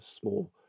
small